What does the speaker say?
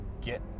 get